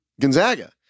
Gonzaga